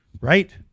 Right